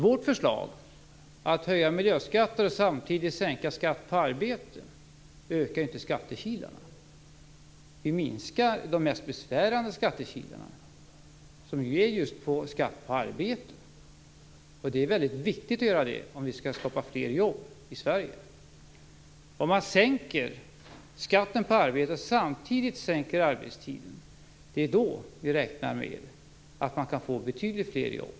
Vårt förslag att höja miljöskatter och samtidigt sänka skatt på arbete ökar inte skattekilarna. Det minskar de mest besvärande skattekilarna som är just på skatt på arbete. Det är väldigt viktigt att göra det om vi skall skapa fler jobb i Sverige. Om man sänker skatten på arbete och samtidigt sänker arbetstiden räknar vi med att man kan få betydligt fler jobb.